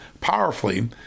powerfully